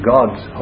God's